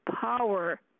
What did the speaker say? power